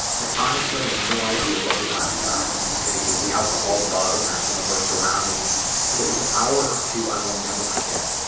i honestly have no idea what we laughed about. maybe it was the alcohol buzz or some of our surroundings but it was an hour or two i will never forget.